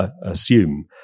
assume